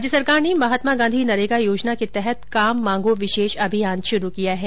राज्य सरकार ने महात्मा गांधी नरेगा योजना के तहत काम मांगों विशेष अभियान शुरु किया है